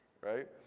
right